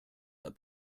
then